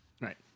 Right